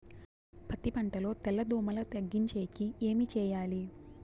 పత్తి పంటలో తెల్ల దోమల తగ్గించేకి ఏమి చేయాలి?